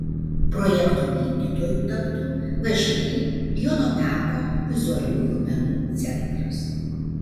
projekto vykdytoju taptų všį jono meko vizualiųjų menų centras